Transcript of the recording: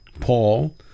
paul